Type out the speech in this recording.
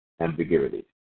ambiguities